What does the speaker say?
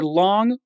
long